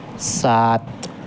سات